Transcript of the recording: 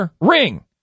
ring